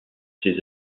ces